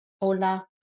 Hola